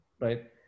Right